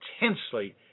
intensely